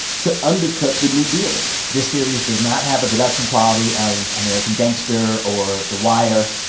to undercut the new dealer? this series does not have the production quality of american gangster or the wire.